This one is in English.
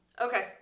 Okay